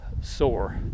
sore